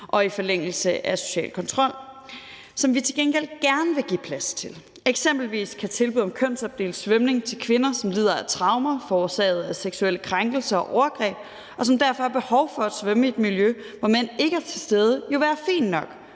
og i forlængelse af social kontrol. Det vil vi til gengæld gerne give plads til. Eksempelvis kan det jo være fint nok med tilbud om kønsopdelt svømning til kvinder, som lider af traumer forårsaget af seksuelle krænkelser og overgreb, og som derfor har behov for at svømme i et miljø, hvor mænd ikke er til stede. Fuldstændig